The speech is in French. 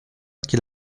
qu’il